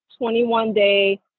21-day